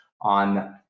on